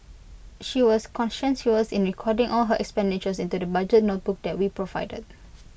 she was conscientious she was in recording all her expenditures into the budget notebook that we provided